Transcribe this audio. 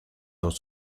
dos